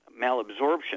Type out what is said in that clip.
malabsorption